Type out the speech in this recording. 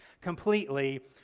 completely